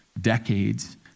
decades